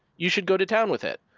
you should go to town with it,